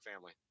family